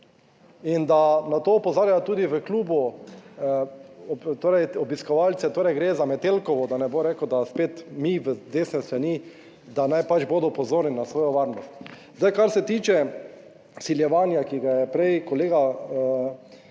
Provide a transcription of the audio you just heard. in da na to opozarjajo tudi v klubu. Torej, obiskovalce, torej gre za Metelkovo, da ne bom rekel, da spet mi v desne strani, da naj pač bodo pozorni na svojo varnost. Zdaj, kar se tiče izsiljevanja, ki ga je prej kolega